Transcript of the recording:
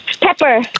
Pepper